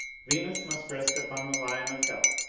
venus must rest upon the lion of health,